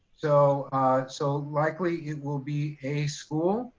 so so likely it will be a school.